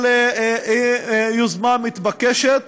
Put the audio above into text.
אבל היא יוזמה מתבקשת.